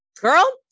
Girl